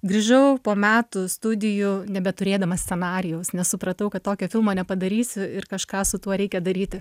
grįžau po metų studijų nebeturėdama scenarijaus nes supratau kad tokio filmo nepadarysiu ir kažką su tuo reikia daryti